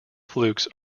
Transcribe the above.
flukes